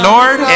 Lord